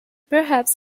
perhaps